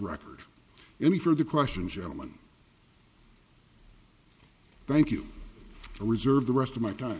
record any further question gentleman thank you for reserve the rest of my time